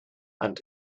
and